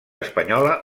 espanyola